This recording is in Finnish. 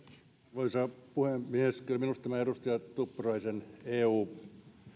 arvoisa puhemies minusta tämä edustaja tuppuraisen eu